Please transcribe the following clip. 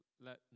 Let